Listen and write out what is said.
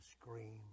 scream